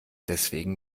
deswegen